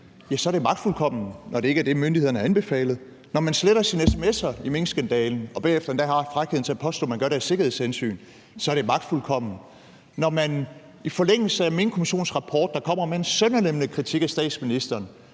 ja, så er det magtfuldkomment, når det ikke er det, myndighederne anbefalede. Når man sletter sine sms'er i minkskandalen og bagefter endda har frækheden at påstå, at man gør det af sikkerhedshensyn, så er det magtfuldkomment. Når man i forlængelse af Minkkommissionens rapport, der kommer med en sønderlemmende kritik af statsministeren,